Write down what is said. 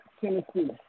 Tennessee